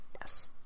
Yes